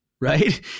right